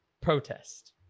protest